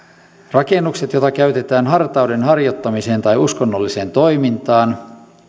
rakennuksia joita käytetään hartauden harjoittamiseen tai uskonnolliseen toimintaan